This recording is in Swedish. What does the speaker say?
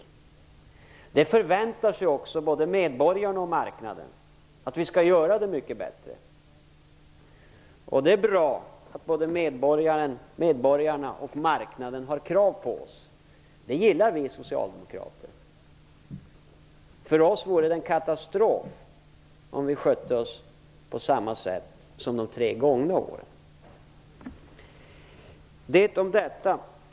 Både medborgarna och marknaden förväntar sig ju också att vi skall göra det mycket bättre. Det är bra att både medborgarna och marknaden har krav på oss. Det gillar vi socialdemokrater. För oss vore det en katastrof om vi skötte oss på samma sätt som man gjort under de tre gångna åren.